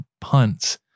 punts